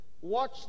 watch